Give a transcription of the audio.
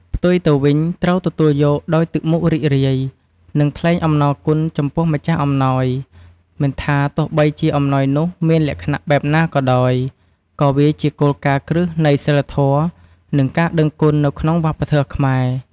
ផ្ទុយទៅវិញ ត្រូវទទួលយកដោយទឹកមុខរីករាយ និងថ្លែងអំណរគុណចំពោះម្ចាស់អំណោយ មិនថាទោះបីជាអំណោយនោះមានលក្ខណៈបែបណាក៏ដោយ ក៏វាជាគោលការណ៍គ្រឹះនៃសីលធម៌ និងការដឹងគុណនៅក្នុងវប្បធម៌ខ្មែរ។